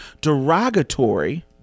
derogatory